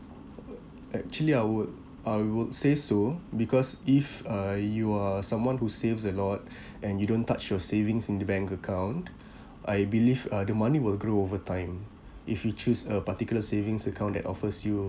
actually I would I would say so because if uh you are someone who saves a lot and you don't touch your savings in the bank account I believe uh the money will grow over time if you choose a particular savings account that offers you